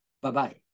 Bye-bye